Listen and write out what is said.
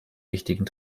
wichtigen